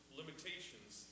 limitations